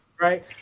right